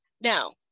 Now